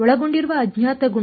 ಒಳಗೊಂಡಿರುವ ಅಜ್ಞಾತ ಗುಣಾಂಕ